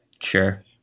Sure